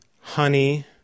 honey